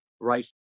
right